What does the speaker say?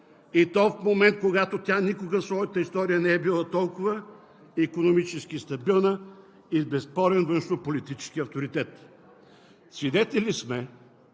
и то в момент, когато тя никога в своята история не е била толкова икономически стабилна и безспорен външнополитически авторитет. Свидетели сме